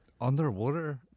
Underwater